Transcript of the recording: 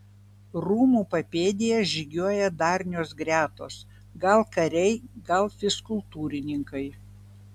rūmų papėdėje žygiuoja darnios gretos gal kariai gal fizkultūrininkai